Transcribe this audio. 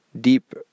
deep